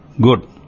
Good